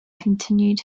continued